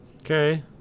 okay